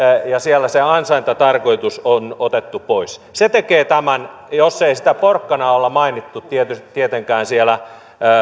ja ansaintatarkoitus on otettu pois se tekee tämän vaikka sitä porkkanaa ei ole mainittu tietenkään siellä